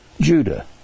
Judah